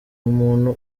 umuntu